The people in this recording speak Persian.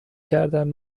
کردن